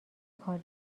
کار